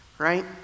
right